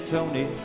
Tony